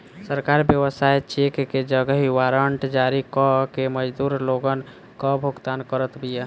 सरकार व्यवसाय चेक के जगही वारंट जारी कअ के मजदूर लोगन कअ भुगतान करत बिया